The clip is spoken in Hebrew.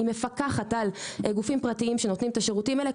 היא מפקחת על גופים פרטיים שנותנים את השירותים האלה,